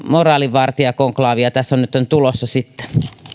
moraalinvartijakonklaavia tässä on nyt sitten